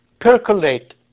percolate